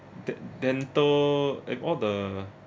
that dental like all the